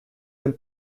del